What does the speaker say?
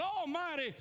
almighty